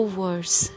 worse